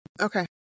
Okay